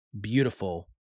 beautiful